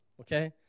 okay